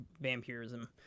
vampirism